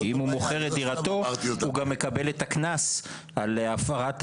כי אם הוא מוכר את דירתו הוא גם מקבל קנס על ההפרה,